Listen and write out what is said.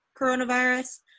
coronavirus